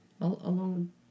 alone